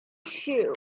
shoe